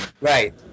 Right